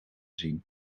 zien